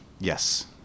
Yes